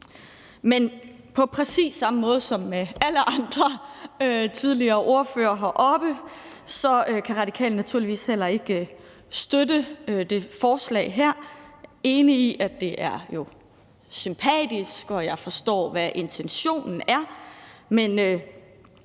Men på præcis samme måde som alle andre tidligere ordførere heroppe kan Radikale naturligvis heller ikke støtte det forslag her. Jeg er enig i, at det er sympatisk, og jeg forstår, hvad intentionen er. Men